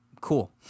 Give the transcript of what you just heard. cool